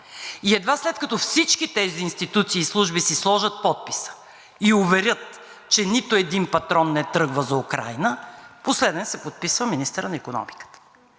И едва след като всички тези институции и служби си сложат подписа и уверят, че нито един патрон не тръгва за Украйна, последен се подписва министърът на икономиката.